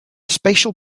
special